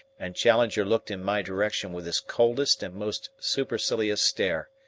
and challenger looked in my direction with his coldest and most supercilious stare.